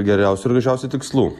geriausių ir gražiausių tikslų